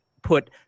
Put